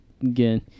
again